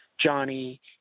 Johnny